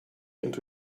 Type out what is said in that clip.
into